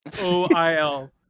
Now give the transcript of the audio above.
O-I-L